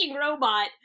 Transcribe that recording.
robot